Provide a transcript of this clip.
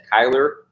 Kyler